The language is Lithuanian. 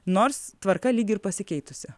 nors tvarka lyg ir pasikeitusi